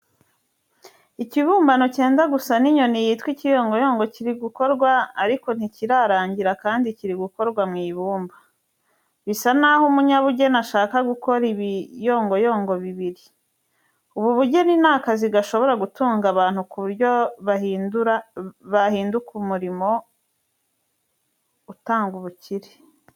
Ikibumbano cyenda gusa n'inyoni yitwa ikiyongoyongo kiri gukorwa ariko ntikirarangira kandi kiri gukorwa mu ibumba. Bisa naho umunyabugeni ashaka gukora ibiyongoyongo bibiri. Ubu bugeni ni akazi gashobora gutunga abantu ku buryo bahinduka umurimo utanga ubukire.